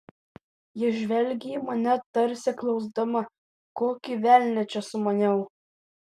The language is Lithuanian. ji žvelgė į mane tarsi klausdama kokį velnią čia sumaniau